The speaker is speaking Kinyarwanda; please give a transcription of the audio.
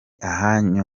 ahanyu